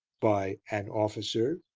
by an officer,